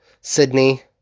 Sydney